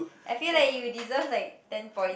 I feel like you deserve like ten points